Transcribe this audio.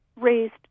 raised